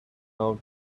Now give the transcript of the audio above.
out